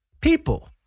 people